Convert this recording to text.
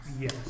Yes